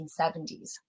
1970s